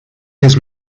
his